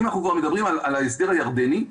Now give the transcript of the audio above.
אם אנחנו מדברים על ההסדר הירדני,